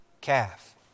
calf